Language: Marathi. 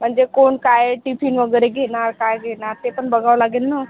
म्हणजे कोण काय टिफिन वगैरे घेणार काय घेणार ते पण बघावं लागेल ना